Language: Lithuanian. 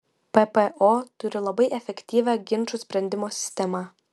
ppo turi labai efektyvią ginčų sprendimo sistemą